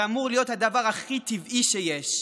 זה אמור להיות הדבר הכי טבעי שיש.